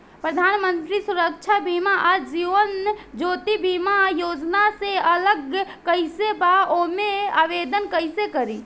प्रधानमंत्री सुरक्षा बीमा आ जीवन ज्योति बीमा योजना से अलग कईसे बा ओमे आवदेन कईसे करी?